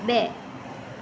બે